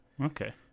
Okay